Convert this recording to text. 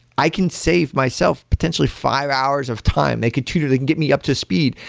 i can save myself potentially five hours of time. they could tutor they can get me up to speed.